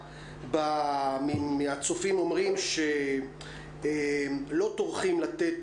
הרבה מהצופים אומרים בתגובות שלהם שלא טורחים לתת